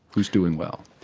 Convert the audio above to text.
who's doing well.